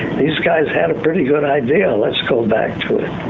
these guys had a pretty good idea let's go back to it.